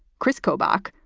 kris kobach,